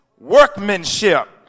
workmanship